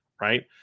right